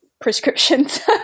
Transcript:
prescriptions